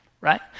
right